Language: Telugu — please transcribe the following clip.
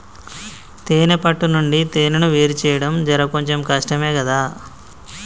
తేనే పట్టు నుండి తేనెను వేరుచేయడం జర కొంచెం కష్టమే గదా